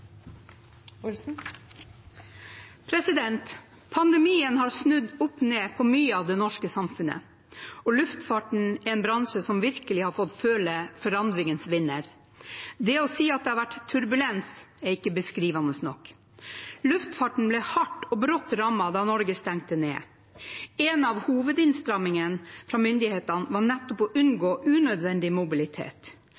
krav. Pandemien har snudd opp ned på mye av det norske samfunnet, og luftfarten er en bransje som virkelig har fått føle forandringens vinder. Det å si at det har vært turbulens, er ikke beskrivende nok. Luftfarten ble hardt og brått rammet da Norge stengte ned. En av hovedinnstrammingene fra myndighetene var å